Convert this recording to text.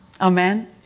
Amen